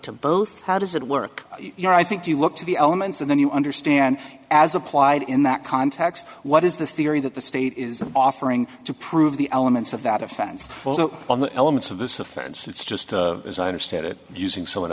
to both how does it work you know i think you look to the elements and then you understand as applied in that context what is the theory that the state is offering to prove the elements of that offense also on the elements of this offense it's just as i understand it using someone